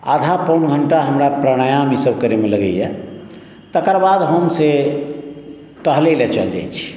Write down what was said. आधा पौन घण्टा हमरा प्राणायाम ई सब करैमे लगैए तकर बाद हम से टहलै लए चलि जाइ छी